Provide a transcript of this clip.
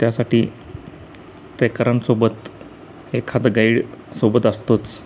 त्यासाठी ट्रेकरांसोबत एखादं गाईड सोबत असतोच